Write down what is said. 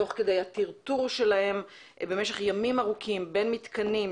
תוך כדי הטרטור שלהם במשך ימים ארוכים בין מתקנים,